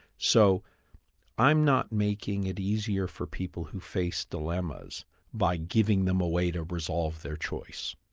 so i'm not making it easier for people who face dilemmas by giving them a way to resolve their choice.